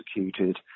executed